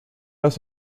las